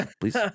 please